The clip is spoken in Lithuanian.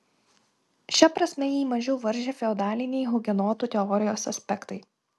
šia prasme jį mažiau varžė feodaliniai hugenotų teorijos aspektai